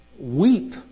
weep